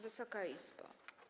Wysoka Izbo!